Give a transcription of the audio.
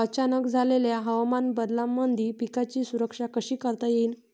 अचानक झालेल्या हवामान बदलामंदी पिकाची सुरक्षा कशी करता येईन?